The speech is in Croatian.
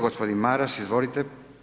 Gospodin Maras, izvolite.